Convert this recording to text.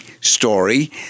story